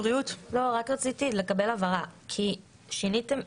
רציתי לקבל הבהרה, כי שיניתם.